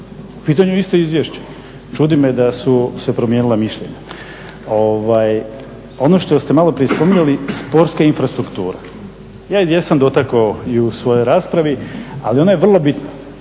u pitanju je isto izvješće. Čudi me da su se promijenila mišljenja. Ono što ste malo prije spominjali sportska infrastruktura. Ja jesam dotakao i u svojoj raspravi, ali ona je vrlo bitna.